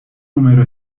número